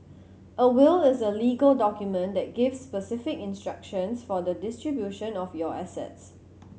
a will is a legal document that gives specific instructions for the distribution of your assets